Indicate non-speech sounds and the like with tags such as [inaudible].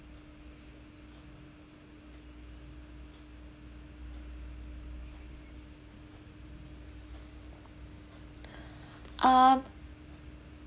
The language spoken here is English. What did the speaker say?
[breath] um